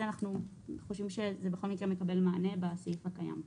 אנחנו חושבים שבכל מקרה זה מקבל מענה בסעיף הקיים.